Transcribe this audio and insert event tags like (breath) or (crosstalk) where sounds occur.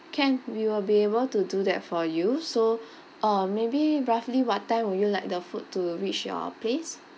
can we will be able to do that for you so (breath) uh maybe roughly what time will you like the food to reach your place